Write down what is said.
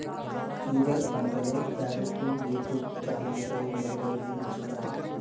tuber పంటలో క్యారెట్లు, beetroot, చామ గడ్డలు మొదలగునవి వస్తాయ్